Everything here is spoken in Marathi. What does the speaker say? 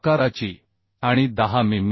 आकाराची आणि 10 मि